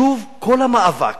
שוב, כל המאבק.